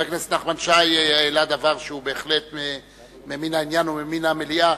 חבר הכנסת נחמן שי העלה דבר שהוא בהחלט ממין העניין וממין המליאה.